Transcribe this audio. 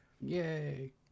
Yay